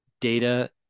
data